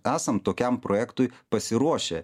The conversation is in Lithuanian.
esam tokiam projektui pasiruošę